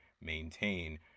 maintain